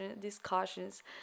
discussions